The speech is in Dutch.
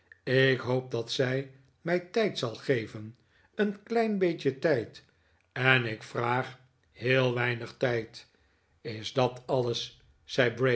ik hoop dat zij mij tijd zal geven een klein beetje tijd ik vraag maar heel weinig tijd is dat alles